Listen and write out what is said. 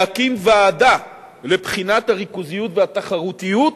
להקים ועדה לבחינת הריכוזיות והתחרותיות,